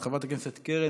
חבר הכנסת עופר כסיף,